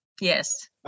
Yes